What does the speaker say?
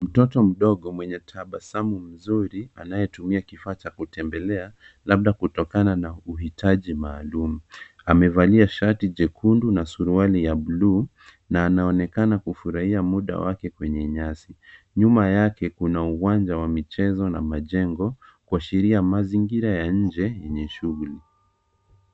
Mtoto mdogo mwenye tabasamu nzuri anayetumia kifaa cha kutembelea labda kutokana na uhitaji maalum. Amevalia shati jekundu na suruali ya buluu na anaonekana kufurahia muda wake kwenye nyasi. Nyuma yake kuna uwanja wa michezo na majengo kuashiria mazingira ya nje yenye shughuli.